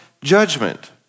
judgment